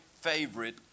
favorite